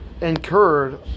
incurred